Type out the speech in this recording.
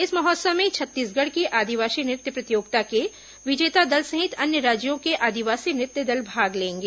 इस महोत्सव में छत्तीसगढ़ के आदिवासी नृत्य प्रतियोगिता के विजेता दल सहित अन्य राज्यों के आदिवासी नृत्य दल भाग लेंगे